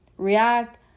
React